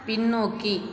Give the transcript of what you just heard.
பின்னோக்கி